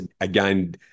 again